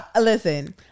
listen